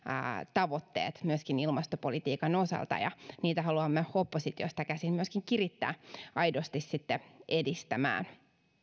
tavoitteet myöskin ilmastopolitiikan osalta ja niitä haluamme oppositiosta käsin myöskin kirittää aidosti sitten edistämään